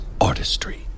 artistry